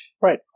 Right